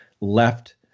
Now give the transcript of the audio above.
left